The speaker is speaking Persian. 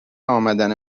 امدن